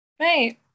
Right